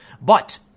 but-